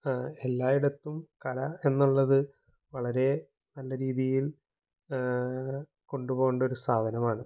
എല്ലായിടത്തും കല എന്നുള്ളത് വളരേ നല്ല രീതിയില് കൊണ്ടുപോവേണ്ടൊരു സാധനമാണ്